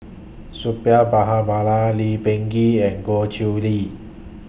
Suppiah Lee Peh Gee and Goh Chiew Lye